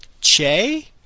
che